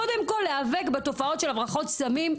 קודם כל להיאבק בתופעות של הברחות סמים,